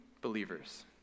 believers